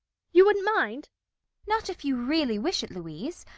you wouldn't mind not if you really wish it, louise.